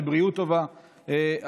בבריאות טובה,